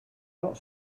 not